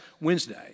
Wednesday